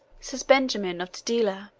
says benjamin of tudela,